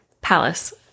palace